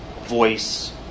voice